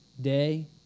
day